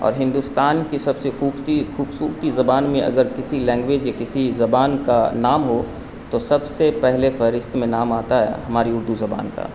اور ہندوستان کی سب سے خوبصورتی خوبصورتی زبان میں اگر کسی لینگویج یا کسی زبان کا نام ہو تو سب سے پہلے فہرست میں نام آتا ہے ہماری اردو زبان کا